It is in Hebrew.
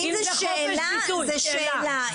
זה סתם דמגוגיה פופוליסטית.